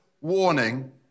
warning